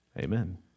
Amen